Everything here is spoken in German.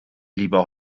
lieber